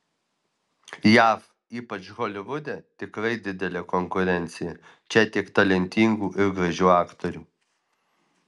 jav ypač holivude tikrai didelė konkurencija čia tiek talentingų ir gražių aktorių